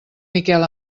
miquel